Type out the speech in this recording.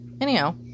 anyhow